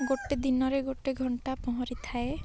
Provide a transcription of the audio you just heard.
ଗୋଟେ ଦିନରେ ଗୋଟେ ଘଣ୍ଟା ପହଁରିଥାଏ